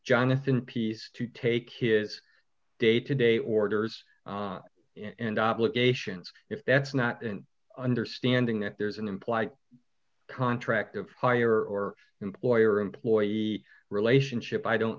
jonathan piece to take his day to day orders and obligations if that's not an understanding that there's an implied contract of hire or employer employee relationship i don't